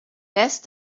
death